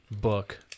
book